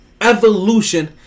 evolution